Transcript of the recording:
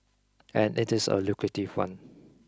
and it is a lucrative one